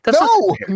No